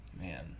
man